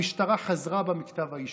המשטרה חזרה בה מכתב האישום.